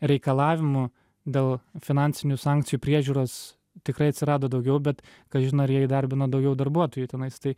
reikalavimų dėl finansinių sankcijų priežiūros tikrai atsirado daugiau bet kažin ar jie įdarbino daugiau darbuotojų tenais tai